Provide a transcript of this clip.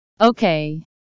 okay